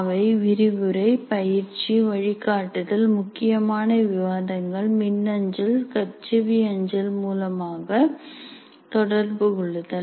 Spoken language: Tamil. அவை விரிவுரை பயிற்சி வழிகாட்டுதல் முக்கியமான விவாதங்கள் மின்னஞ்சல் கட்செவி அஞ்சல் மூலமாக தொடர்பு கொள்ளுதல்